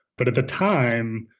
but at the time,